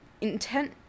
intent-